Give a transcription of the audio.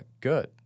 good